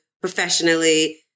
professionally